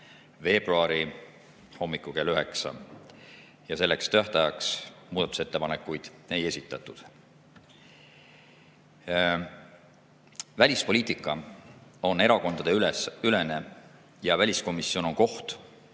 veebruari hommiku kell 9. Selleks tähtajaks muudatusettepanekuid ei esitatud. Välispoliitika on erakondadeülene ja väliskomisjon on koht,